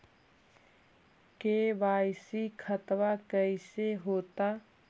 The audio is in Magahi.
के.वाई.सी खतबा कैसे होता?